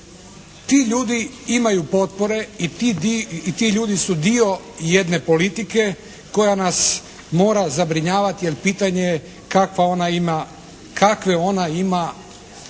Ti ljudi imaju potpore i ti ljudi su dio jedne politike koja nas mora zabrinjavati jer pitanje je kakve ona ima ciljeve.